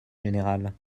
général